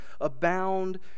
abound